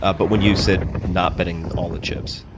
ah but when you said not betting all the chips.